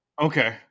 Okay